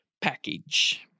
package